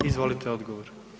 Izvolite odgovor.